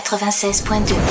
96.2